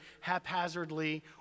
haphazardly